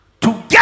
together